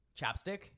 ChapStick